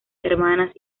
hermanas